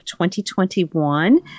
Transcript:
2021